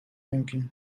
mümkün